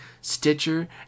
Stitcher